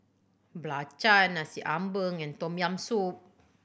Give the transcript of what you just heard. belacan Nasi Ambeng and Tom Yam Soup